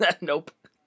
Nope